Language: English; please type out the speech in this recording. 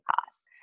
costs